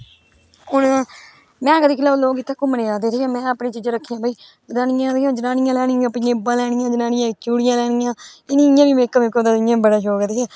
हून में अगर दिक्खी लो लोक इत्थे घूमने गी आंदे में अपनी चीजां रक्खी भाई जनानियां आई दियां जनानियां लेनिया पंजेबां लेनियां जनानियें चूड़ियां लेनियां इन्हेगी इयां बी में बड़ा शौक ऐ